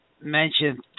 mention